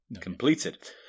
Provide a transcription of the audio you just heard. completed